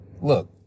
Look